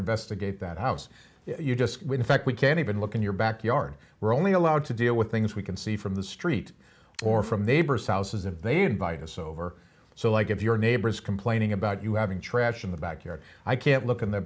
investigate that house you just in fact we can't even look in your backyard we're only allowed to deal with things we can see from the street or from the aber souses if they invite us over so like if your neighbors complaining about you having trash in the backyard i can't look in the